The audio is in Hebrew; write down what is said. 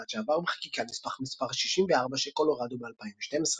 עד שעבר בחקיקה נספח מספר 64 של קולורדו ב-2012.